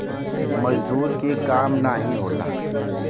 मजदूर के काम नाही होला